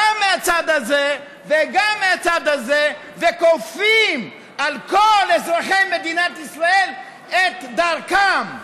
גם מהצד הזה וגם מהצד הזה וכופים על כל אזרחי מדינת ישראל את דרכם,